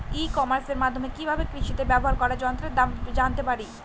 ই কমার্সের মাধ্যমে কি ভাবে কৃষিতে ব্যবহার করা যন্ত্রের দাম জানতে পারি?